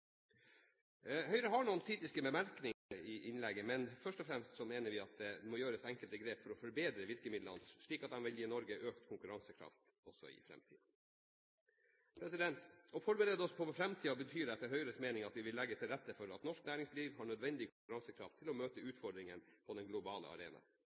Høyre har noen kritiske bemerkninger til denne saken. Først og fremst mener vi at det må gjøres enkelte grep for å forbedre virkemidlene, slik at de vil gi Norge økt konkurransekraft også i fremtiden. Å forberede seg for fremtiden betyr etter Høyres mening at vi legger til rette for at norsk næringsliv har nødvendig konkurransekraft til å møte utfordringene på den globale arena.